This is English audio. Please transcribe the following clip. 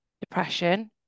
depression